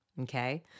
okay